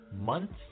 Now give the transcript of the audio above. months